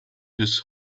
his